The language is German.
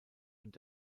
und